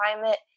climate